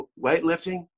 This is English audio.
weightlifting